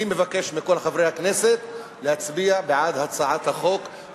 אני מבקש מכל חברי הכנסת להצביע בעד הצעת החוק.